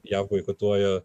jav boikotuoja